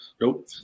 Nope